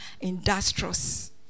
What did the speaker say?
industrious